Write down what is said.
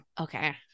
Okay